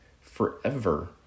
forever